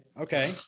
okay